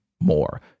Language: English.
more